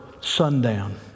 sundown